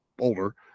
older